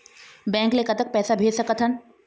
Bank ले कतक पैसा भेज सकथन?